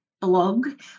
blog